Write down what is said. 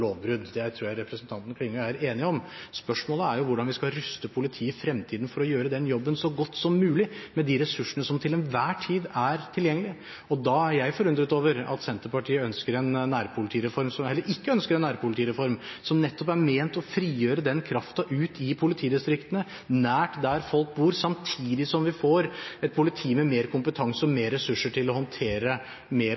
lovbrudd. Det tror jeg representanten Klinge og jeg er enige om. Spørsmålet er hvordan vi skal ruste politiet i fremtiden for å gjøre den jobben så godt som mulig, med de ressursene som til enhver tid er tilgjengelige. Da er jeg forundret over at Senterpartiet ikke ønsker en nærpolitireform som nettopp er ment å frigjøre den kraften ute i politidistriktene, nær der folk bor, samtidig som vi får et politi med mer kompetanse og mer